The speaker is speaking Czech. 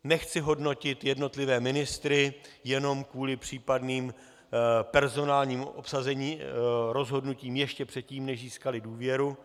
Nechci hodnotit jednotlivé ministry jenom kvůli případným personálním rozhodnutím ještě předtím, než získali důvěru.